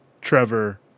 Trevor